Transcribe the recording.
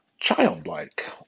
childlike